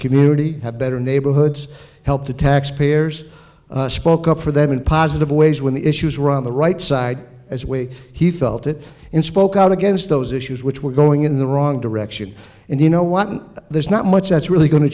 community have better neighborhoods help the taxpayers spoke up for them in positive ways when the issues run the right side as way he felt it in spoke out against those issues which were going in the wrong direction and you know what and there's not much that's really go